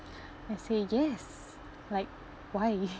I say yes like why